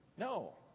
No